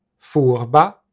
furba